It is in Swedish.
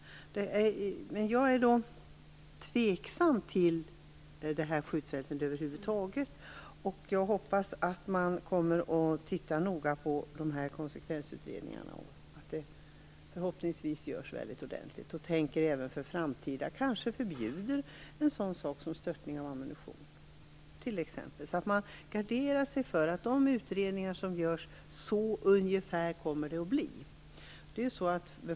Jag är dock tveksam till det här skjutfältet över huvud taget, och jag hoppas att man noga kommer att titta på de här konsekvensutredningarna. Förhoppningsvis kommer de att göras väldigt ordentligt. I framtiden kanske man kan tänka sig t.ex. att förbjuda en sådan sak som störtning av ammunition. Man måste alltså gardera sig för att de utredningar som görs stämmer överens med hur det kommer att bli.